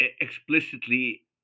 explicitly